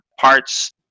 parts